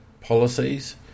policies